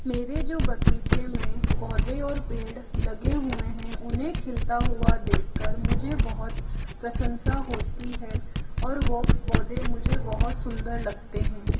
मेरे जो बगीचे में पौधे और पेड़ लगे हुए हैं उन्हें खिलता हुआ देखकर मुझे बहुत प्रशंसा होती है और वो पौधे मुझे बहुत सुंदर लगते हैं